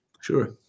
Sure